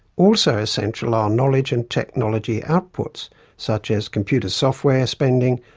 also essential are knowledge and technology outputs such as computer software spending,